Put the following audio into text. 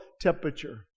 temperature